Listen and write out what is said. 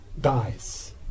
dies